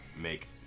make